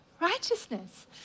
righteousness